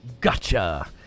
Gotcha